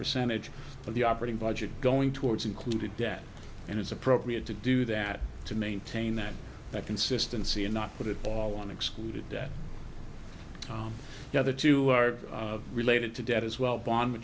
percentage of the operating budget going towards included debt and it's appropriate to do that to maintain that consistency and not put it all on excluded that the other two are related to debt as well bond